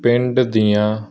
ਪਿੰਡ ਦੀਆਂ